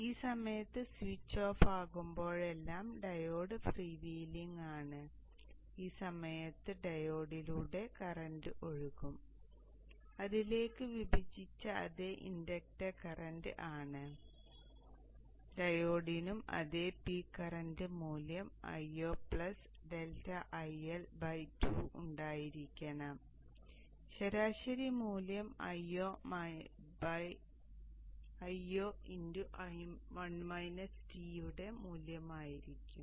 ഈ സമയത്ത് switch off ആകുമ്പോഴെല്ലാം ഡയോഡ് ഫ്രീ വീലിംഗ് ആണ് ഈ സമയത്ത് ഡയോഡിലൂടെ കറന്റ് ഒഴുകും അതിലേക്ക് വിഭജിച്ച അതേ ഇൻഡക്ടർ കറന്റ് ആണ് അതിനാൽ ഡയോഡിനും അതേ പീക്ക് കറന്റ് മൂല്യം Io ∆IL2 ഉണ്ടായിരിക്കണം ശരാശരി മൂല്യം Io യുടെ മൂല്യമായിരിക്കും